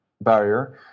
barrier